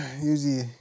usually